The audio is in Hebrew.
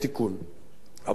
אבל היא מוסיפה ואומרת: